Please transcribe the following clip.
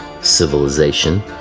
civilization